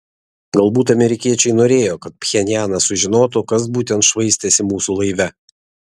galbūt amerikiečiai norėjo kad pchenjanas sužinotų kas būtent švaistėsi mūsų laive